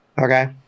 Okay